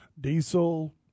diesel